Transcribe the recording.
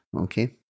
Okay